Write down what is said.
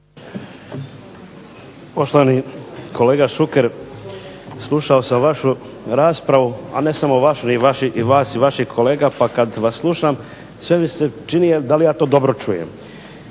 Poštovani kolega Šuker, slušao sam vašu raspravu a ne samo vašu i vas i vaših kolega. Pa kada vas slušam sve mi se čini da li ja to dobro čujem.